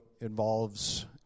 involves